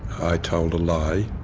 i told a lie